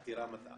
יעזוב.